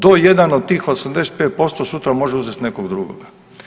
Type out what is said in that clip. Do jedan od tih 85% sutra može uzeti nekog drugog.